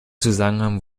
zusammenhang